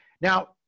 Now